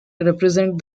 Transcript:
represent